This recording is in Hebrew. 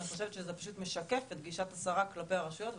אני חושבת שזה פשוט משקף את גישת השרה כלפי הרשויות,